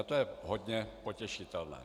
To je hodně potěšitelné.